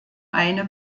eine